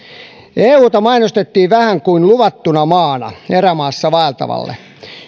euta mainostettiin vähän kuin luvattuna maana erämaassa vaeltavalle